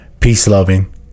peace-loving